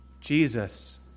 Jesus